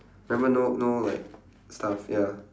remember no no like stuff ya